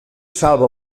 salva